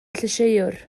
llysieuwr